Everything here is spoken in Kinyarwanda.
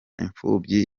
imfubyi